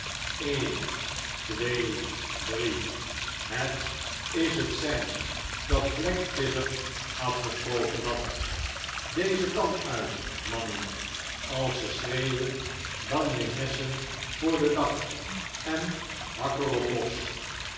een twee drie het is het sein dat black vizard afgesproken had dezen kant uit mannen als ze schreeuwen dan je messen voor den dag en hak er op los